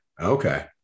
Okay